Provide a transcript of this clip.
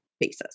basis